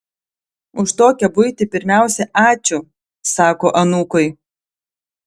už tokią buitį pirmiausia ačiū sako anūkui